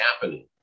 happening